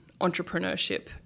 entrepreneurship